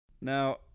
Now